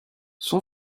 son